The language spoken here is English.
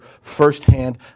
firsthand